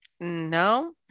No